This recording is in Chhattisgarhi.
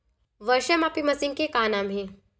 वर्षा मापी मशीन के का नाम हे?